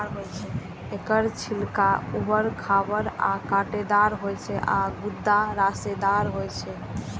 एकर छिलका उबर खाबड़ आ कांटेदार होइ छै आ गूदा रेशेदार होइ छै